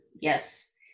Yes